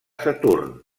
saturn